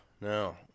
no